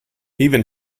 even